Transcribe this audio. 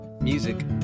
Music